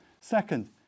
Second